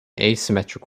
asymmetric